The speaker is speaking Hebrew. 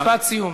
משפט סיום,